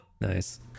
Nice